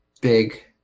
big